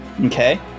Okay